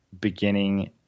beginning